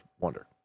Wonder